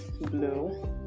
blue